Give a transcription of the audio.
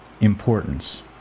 importance